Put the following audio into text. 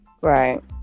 Right